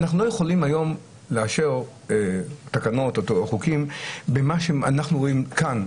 אנחנו לא יכולים היום לאשר תקנות או חוקים במה שאנחנו רואים כאן,